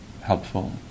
helpful